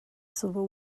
civil